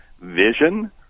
vision